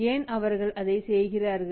ஏன் அவர்கள் அதை செய்கின்றனர்